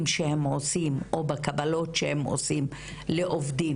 שהם עושים או בקבלות שהם עושים לעובדים.